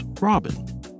Robin